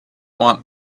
want